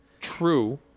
True